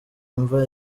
imva